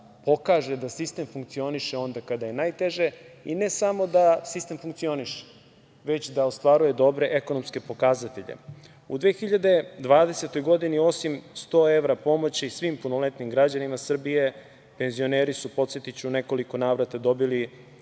pokaže da sistem funkcioniše onda kada je najteže i ne samo da sistem funkcioniše, već da ostvaruje dobre ekonomske pokazatelje.U 2020. godini, osim 100 evra pomoći svim punoletnim građanima Srbije, penzioneri su, podsetiću, u nekoliko navrata dobili